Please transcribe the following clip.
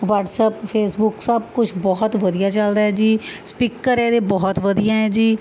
WhatsApp Facebook ਸਭ ਕੁਛ ਬਹੁਤ ਵਧੀਆ ਚੱਲਦਾ ਹੈ ਜੀ ਸਪੀਕਰ ਇਹਦੇ ਬਹੁਤ ਵਧੀਆ ਹੈ ਜੀ